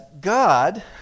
God